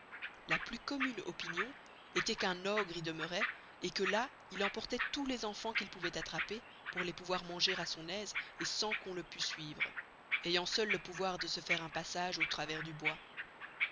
la plus commune opinion estoit qu'un ogre y demeuroit et que là il emportoit tous les enfans qu'il pouvoit attraper pour les pouvoir manger à son aise et sans qu'on le pust suivre ayant seul le pouvoir de se faire un passage au travers du bois